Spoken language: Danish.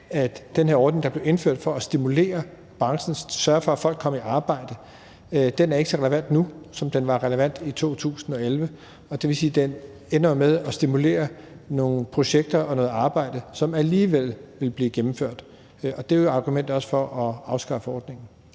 her ordning, der blev indført for at stimulere branchen og sørge for, at folk kom i arbejde, ikke er så relevant nu, som den var relevant i 2011, og det vil sige, at den ender med at stimulere nogle projekter og noget arbejde, som alligevel ville blive gennemført. Det er jo også et argument for at afskaffe ordningen.